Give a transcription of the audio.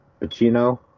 Pacino